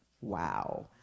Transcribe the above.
wow